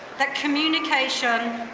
that communication,